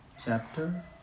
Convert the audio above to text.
Chapter